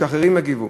שאחרים יגיבו.